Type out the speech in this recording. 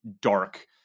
dark